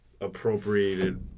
appropriated